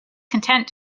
content